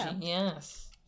yes